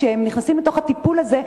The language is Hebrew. כשהם נכנסים לתוך הטיפול הזה,